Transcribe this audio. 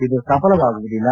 ಇದು ಸಫಲವಾಗುವುದಿಲ್ಲ